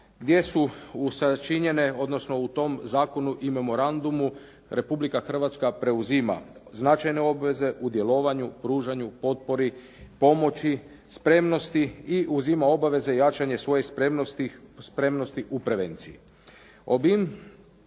gdje su usačinjene, odnosno u tom zakonu i memorandumu Republika Hrvatska preuzima značajne obveze u djelovanju, pružanju, potpori, pomoći, spremnosti i uzima obaveze jačanje svoje spremnosti u prevenciji.